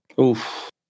Oof